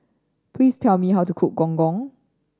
please tell me how to cook Gong Gong